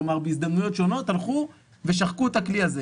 כלומר בהזדמנויות שונות הלכו ושחקו את הכלי הזה.